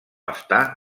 està